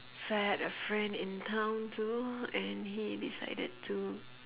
so I had a friend in town too and he decided to